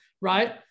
right